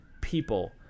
people